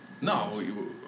No